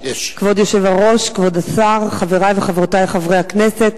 היושב-ראש, כבוד השר, חברי וחברותי חברי הכנסת,